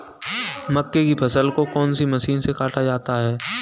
मक्के की फसल को कौन सी मशीन से काटा जाता है?